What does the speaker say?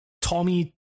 Tommy